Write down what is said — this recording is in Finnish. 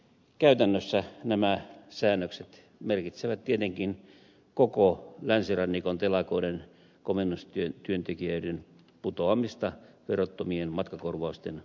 käytännössä nämä säännökset merkitsevät tietenkin koko länsirannikon telakoiden komennustyöntekijöiden putoamista verottomien matkakorvausten ulkopuolelle